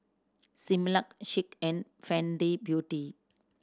Similac Schick and Fenty Beauty